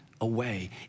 Away